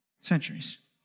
Centuries